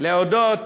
להודות